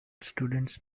students